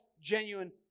genuine